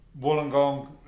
Wollongong